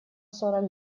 сорок